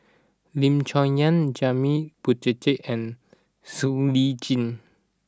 Lim Chong Yah Janil Puthucheary and Siow Lee Chin